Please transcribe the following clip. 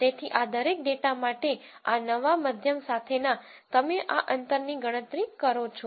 તેથી આ દરેક ડેટા માટે આ નવા મધ્યમ સાથેના તમે આ અંતરની ગણતરી કરો છો